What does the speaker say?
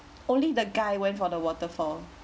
only the guy went for the waterfall